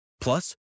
Plus